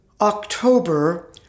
October